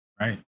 right